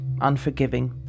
unforgiving